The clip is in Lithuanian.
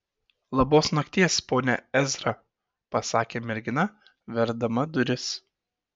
labos nakties pone ezra pasakė mergina verdama duris